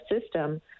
system